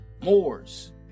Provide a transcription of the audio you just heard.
moors